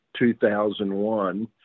2001